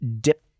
dip